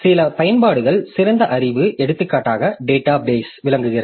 சில பயன்பாடுகள் சிறந்த அறிவு எடுத்துக்காட்டாக டாட்டா பேஸ் விளங்குகிறது